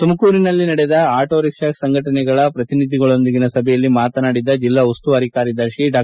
ತುಮಕೂರಿನಲ್ಲಿ ನಡೆದ auto rickshaw ಸಂಘಟನೆಗಳ ಪ್ರತಿನಿಧಿಗಳೊಂದಿಗಿನ ಸಭೆಯಲ್ಲಿ ಮಾತನಾಡಿದ ಜಿಲ್ಲಾ ಉಸ್ತುವಾರಿ ಕಾರ್ಯದರ್ಶಿ ಡಾ